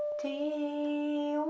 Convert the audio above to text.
d,